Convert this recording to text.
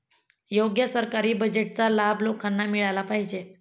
योग्य सरकारी बजेटचा लाभ लोकांना मिळाला पाहिजे